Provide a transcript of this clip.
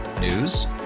News